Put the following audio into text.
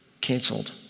canceled